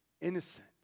innocent